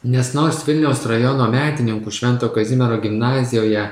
nes nors vilniaus rajono medininkų švento kazimiero gimnazijoje